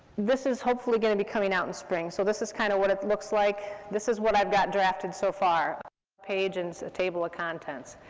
this is hopefully going to be coming out in spring, so this is kind of what it looks like. this is what i've got drafted so far, a page, and it's a table of contents.